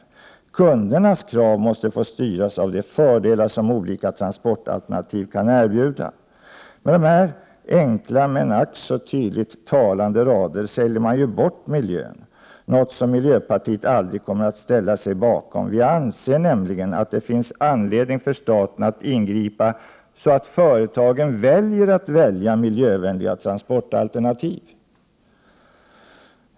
Kundernas krav måste få styras av de fördelar som olika transportalternativ kan erbjuda.” Med dessa enkla men ack så tydligt talande rader säljer man ju bort miljön, något som miljöpartiet aldrig kommer att ställa sig bakom. Vi anser nämligen att det finns anledning för staten att ingripa så att företagen väljer miljövänliga transportalternativ.